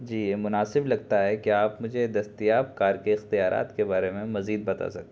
جی مناسب لگتا ہے کہ آپ مجھے دستیاب کار کے اختیارات کے بارے میں مزید بتا سکتے ہیں